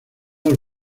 dos